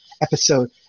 episode